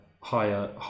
higher